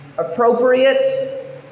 Appropriate